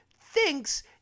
thinks